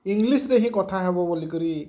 ଇଂଲିଶ୍ରେ ହିଁ କଥା ହେବ ବୋଲି କରି